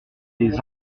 des